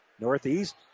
Northeast